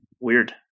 Weird